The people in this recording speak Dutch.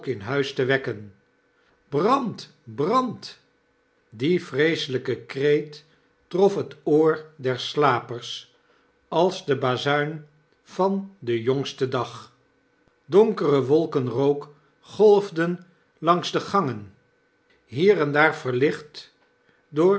huis te wekken brand brand i die vreeselyke kreet trof het oor der slapers als de bazuin van den jongsten dag donkere wolken rook golfden langs de gangen hier en daar verlicht door